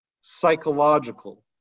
psychological